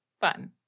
Fun